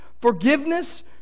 forgiveness